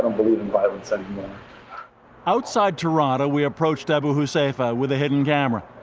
sort of you know outside toronto, we approached abu huzaifa with a hidden camera.